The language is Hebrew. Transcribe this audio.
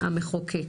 המחוקק.